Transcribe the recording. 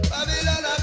Babylon